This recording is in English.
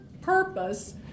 purpose